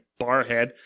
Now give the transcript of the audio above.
Barhead